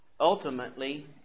ultimately